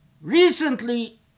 Recently